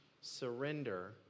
Surrender